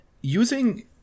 using